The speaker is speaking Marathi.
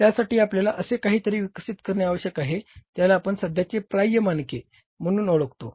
तर त्यासाठी आपल्याला असे काहीतरी विकसित करणे आवश्यक आहे ज्याला आपण सध्याचे प्राप्य मानक म्हणून ओळखतो